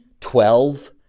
Twelve